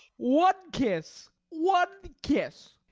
one kiss! one kiss!